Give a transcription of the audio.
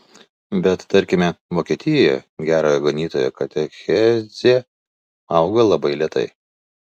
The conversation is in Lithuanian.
bet tarkime vokietijoje gerojo ganytojo katechezė auga labai lėtai